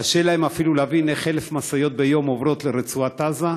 קשה להם אפילו להבין איך 1,000 משאיות ביום עוברות לרצועת עזה.